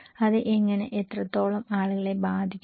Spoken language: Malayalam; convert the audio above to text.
അത് എങ്ങനെ എത്രത്തോളം ആളുകളെ ബാധിക്കുന്നു